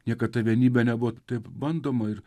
niekad ta vienybė nebuvo taip bandoma ir